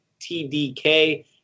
TDK